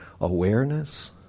awareness